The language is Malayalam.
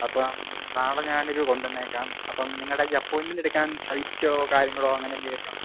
അപ്പം നാളെ ഞാനൊരു കൊണ്ടുവന്നേക്കാം അപ്പം നിങ്ങളുടെ ഈ അപ്പോയിൻമെൻ്റ് എടുക്കാൻ സൈറ്റോ കാര്യങ്ങളൊ അങ്ങനെ എന്തെങ്കിലുമൊക്കെയുണ്ടോ